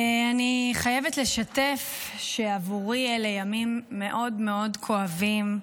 אני חייבת לשתף שעבורי אלו ימים מאוד מאוד כואבים,